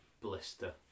blister